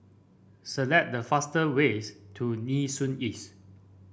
select the fastest ways to Nee Soon East